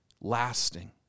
lasting